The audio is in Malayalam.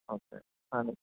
ഓക്കെ ആണ്